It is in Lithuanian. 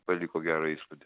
paliko gerą įspūdį